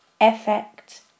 Effect